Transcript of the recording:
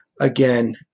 again